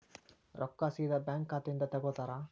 ರೊಕ್ಕಾ ಸೇದಾ ಬ್ಯಾಂಕ್ ಖಾತೆಯಿಂದ ತಗೋತಾರಾ?